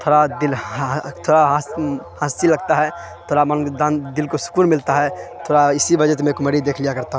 تھوڑا دل تھوڑا ہنسی لگتا ہے تھوڑا دل کو سکون ملتا ہے تھوڑا اسی وجہ سے میں کومیڈی دیکھ لیا کرتا